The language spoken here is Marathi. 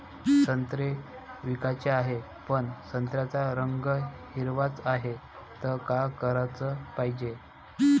संत्रे विकाचे हाये, पन संत्र्याचा रंग हिरवाच हाये, त का कराच पायजे?